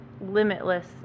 limitless